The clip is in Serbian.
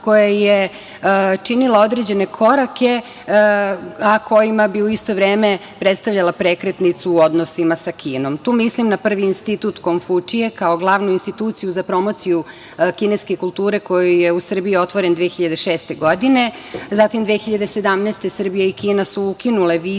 koja je činila određene korake, a kojima bi u isto vreme predstavljala prekretnicu u odnosima sa Kinom. Tu mislim na prvi Institut „Konfučije“ kao glavu instituciju za promociju kineske kulture, koji je u Srbiji otvoren 2006. godine. Zatim, 2017. godine Srbija i Kina su ukinule vize